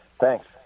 Thanks